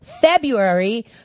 February